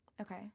Okay